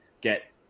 get